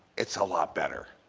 it's a lot better.